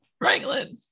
Franklin